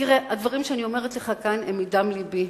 תראה, הדברים שאני אומרת לך כאן הם מדם לבי.